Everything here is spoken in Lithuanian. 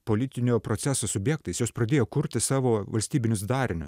politinio proceso subjektais jos pradėjo kurtis savo valstybinius darinius